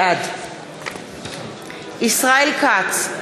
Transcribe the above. בעד ישראל כץ,